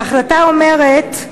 וההחלטה אומרת: